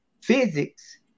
physics